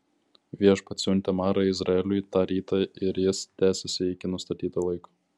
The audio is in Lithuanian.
viešpats siuntė marą izraeliui tą rytą ir jis tęsėsi iki nustatyto laiko